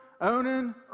Onan